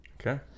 Okay